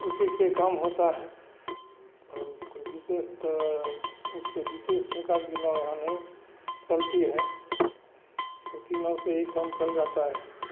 उसीसे काम होता है और कोई विशेष तो उससे विशेष प्रकार की नाव यहाँ नहीं चलती है छोटी नाव से ही काम चल जाता है